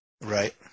right